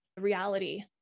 reality